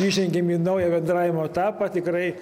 įžengėme į naują bendravimo etapą tikrai